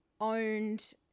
owned